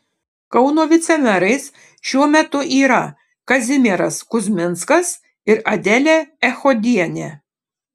kauno vicemerais šiuo metu yra kazimieras kuzminskas ir adelė echodienė